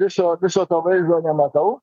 viso viso to vaizdo nematau